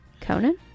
Conan